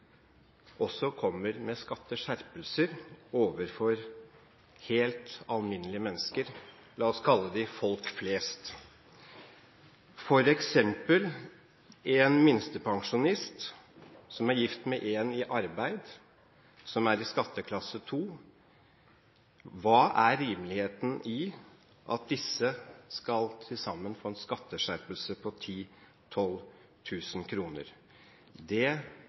også kommer med skatteskjerpelser overfor helt alminnelige mennesker – la oss kalle dem «folk flest» – f.eks. en minstepensjonist som er gift med en som er i arbeid, som er i skatteklasse 2. Hva er rimeligheten i at disse til sammen skal få en skatteskjerpelse på